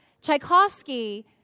Tchaikovsky